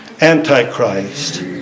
Antichrist